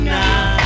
now